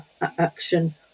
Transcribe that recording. action